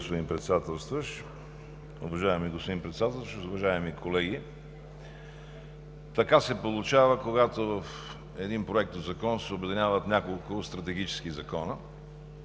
Уважаеми господин Председател, уважаеми колеги! Така се получава, когато в един проектозакон се обединяват няколко стратегически закона.